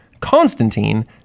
Constantine